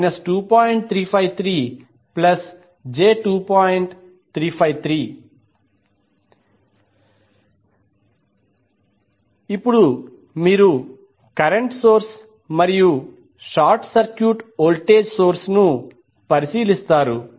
353 ఇప్పుడు మీరు current source మరియు షార్ట్ సర్క్యూట్ వోల్టేజ్ సోర్స్ ను పరిశీలిస్తారు